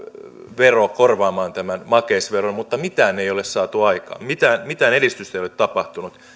vero korvaamaan tämä makeisvero mutta mitään ei ole saatu aikaan mitään edistystä ei ole tapahtunut